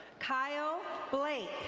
kyle blake.